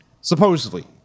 supposedly